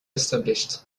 established